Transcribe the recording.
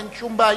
אין שום בעיה.